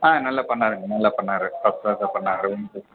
ஆ நல்லா பண்ணிணாருங்க நல்லா பண்ணிணாரு ஃபர்ஸ்ட் கிளாஸாக பண்ணிணாரு